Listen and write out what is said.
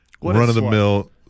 run-of-the-mill